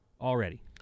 Already